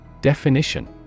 Definition